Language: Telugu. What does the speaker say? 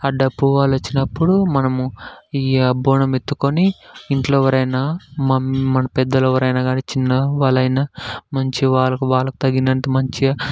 ఆ డప్పు వాళ్ళు వచ్చినప్పుడు మనము ఈ బోనం ఎత్తుకుని ఇంట్లో ఎవరైనా మ మన పెద్దలు ఎవరైనా కాని చిన్నవాళ్ళు అయినా మంచిగా వాళ్ళకి వాళ్ళకి తగినట్టు మంచిగా